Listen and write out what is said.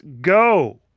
go